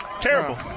Terrible